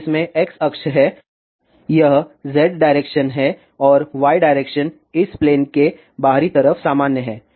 तो इसमें x अक्ष है यह z डायरेक्शन है और y डायरेक्शन इस प्लेन के बाहरी तरफ सामान्य है